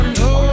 no